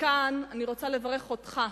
כאן אני רוצה לברך אותך,